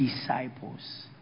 disciples